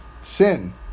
sin